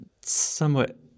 somewhat